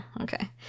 Okay